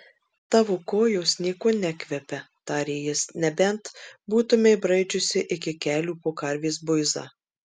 tavo kojos niekuo nekvepia tarė jis nebent būtumei braidžiusi iki kelių po karvės buizą